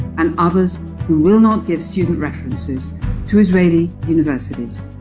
and others who will not give student references to israeli universities,